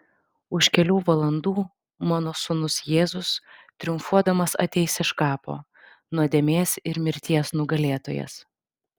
už kelių valandų mano sūnus jėzus triumfuodamas ateis iš kapo nuodėmės ir mirties nugalėtojas